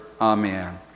Amen